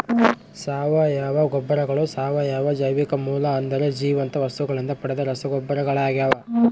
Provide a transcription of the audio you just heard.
ಸಾವಯವ ಗೊಬ್ಬರಗಳು ಸಾವಯವ ಜೈವಿಕ ಮೂಲ ಅಂದರೆ ಜೀವಂತ ವಸ್ತುಗಳಿಂದ ಪಡೆದ ರಸಗೊಬ್ಬರಗಳಾಗ್ಯವ